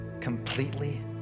completely